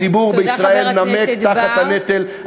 הציבור בישראל נמק תחת הנטל,